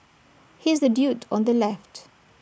he's the dude on the left